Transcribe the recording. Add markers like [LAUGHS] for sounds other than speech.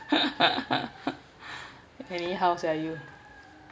[LAUGHS] anyhow sia you